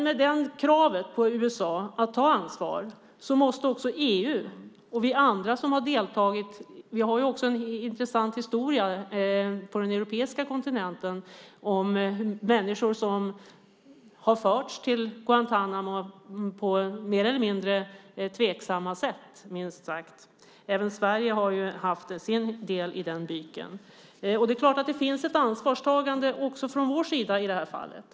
Men vi har också en intressant historia på den europeiska kontinenten som handlar om människor som har förts till Guantánamo på mer eller mindre tveksamma sätt. Även Sverige har sin del i den byken. Det borde finnas ett ansvarstagande också från vår sida i det här fallet.